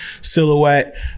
silhouette